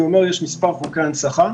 יש מספר חוקי הנצחה.